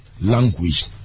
language